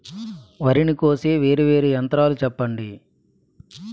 వరి ని కోసే వేరా వేరా యంత్రాలు చెప్పండి?